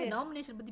Nomination